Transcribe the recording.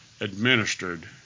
administered